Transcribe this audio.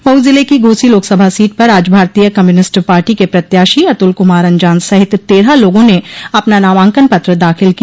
मऊ जिले की घोसी लोकसभा सीट पर आज भारतीय कम्युनिस्ट पार्टी के प्रत्याशी अतुल कुमार अंजान सहित तेरह लोगों ने अपना नामांकन पत्र दाखिल किया